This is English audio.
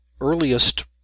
earliest